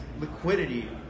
liquidity